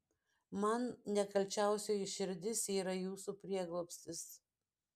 man nekalčiausioji širdis yra jūsų prieglobstis